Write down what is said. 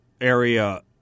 area